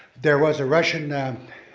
there was a russian, a